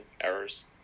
errors